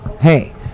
Hey